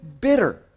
bitter